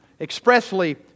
expressly